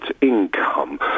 income